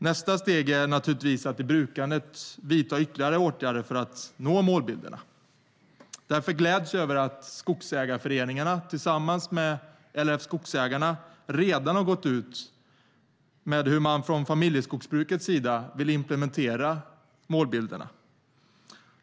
Nästa steg är naturligtvis att i brukandet vidta ytterligare åtgärder för att uppfylla målbilderna. Därför gläds jag över att skogsägarföreningarna tillsammans med LRF Skogsägarna redan har gått ut med hur man från familjeskogsbrukets sida vill implementera målbilderna.